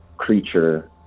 Creature